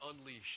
unleashed